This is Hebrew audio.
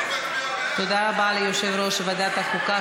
תודה רבה ליושב-ראש ועדת החוקה,